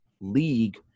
league